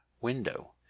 window